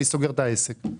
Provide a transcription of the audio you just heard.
אני סוגר את העסק.